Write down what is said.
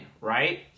right